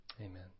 amen